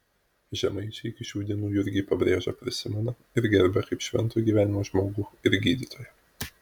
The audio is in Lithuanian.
žemaičiai iki šių dienų jurgį pabrėžą prisimena ir gerbia kaip švento gyvenimo žmogų ir gydytoją